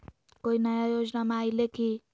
कोइ नया योजनामा आइले की?